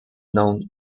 known